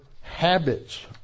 habits